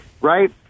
right